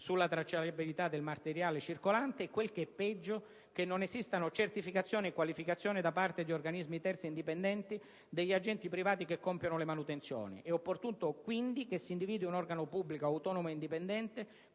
sulla tracciabilità del materiale circolante e, quel che è peggio, che non esistano certificazioni e qualificazioni da parte di organismi terzi indipendenti degli agenti privati che compiono le manutenzioni. E' opportuno quindi che si individui un organo pubblico, autonomo e indipendente,